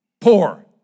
Poor